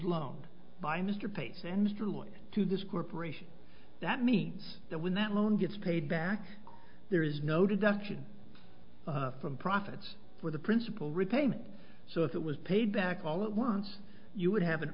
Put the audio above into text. loaned by mr pace and mr lewis to this corporation that means that when that loan gets paid back there is no deduction from profits for the principal repayment so if it was paid back all at once you would have an